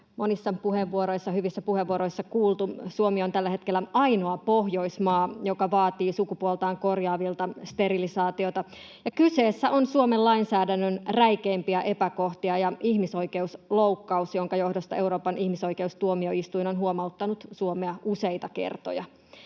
monissa hyvissä puheenvuoroissa kuultu, Suomi on tällä hetkellä ainoa Pohjoismaa, joka vaatii sukupuoltaan korjaavilta sterilisaatiota. Kyseessä on yksi Suomen lainsäädännön räikeimmistä epäkohdista ja ihmisoikeusloukkaus, jonka johdosta Euroopan ihmisoikeustuomioistuin on huomauttanut Suomea useita kertoja.